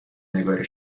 نگاری